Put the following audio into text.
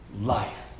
life